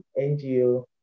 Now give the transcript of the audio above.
NGO